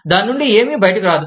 దాని నుండి ఏమీ బయటకు రాదు